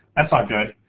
that's not good.